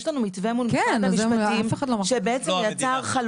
יש לנו מתווה מול משרד המשפטים שיצר חלוקה